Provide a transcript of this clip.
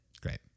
Great